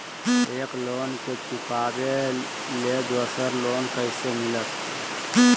एक लोन के चुकाबे ले दोसर लोन कैसे मिलते?